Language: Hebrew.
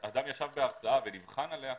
שאדם ישב בהרצאה ונבחן עליה,